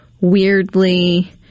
weirdly